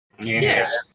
Yes